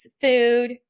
food